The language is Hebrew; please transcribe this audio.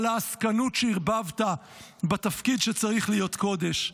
על העסקנות שערבבת בתפקיד שצריך להיות קודש,